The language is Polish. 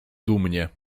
dumnie